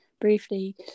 briefly